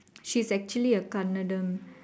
she's actually a Kannadam